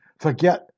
Forget